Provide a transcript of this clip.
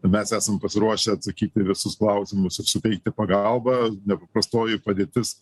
mes esam pasiruošę atsakyti į visus klausimus ir suteikti pagalbą nepaprastoji padėtis